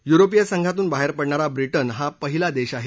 युरोपीय संघातून बाहेर पडणारा ब्रिटन हे पहिलं राष्ट्र आहे